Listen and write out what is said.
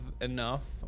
enough